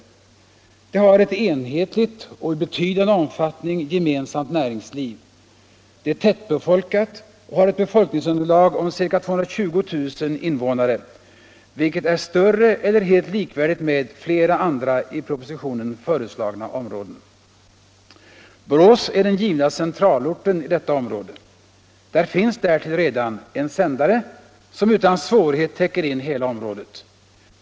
Området har ett enhetligt och i betydande omfattning gemensamt näringsliv. Det är tättbefolkat och har ett befolkningsunderlag om ca 220 000 invånare, vilket är större eller helt likvärdigt med flera andra i propositionen föreslagna områden. Borås är den givna centralorten i detta område. Där finns därtill redan en sändare, som utan svårighet täcker in hela området.